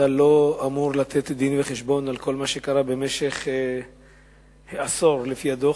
אתה לא אמור לתת דין-וחשבון על כל מה שקרה במשך העשור לפי הדוח,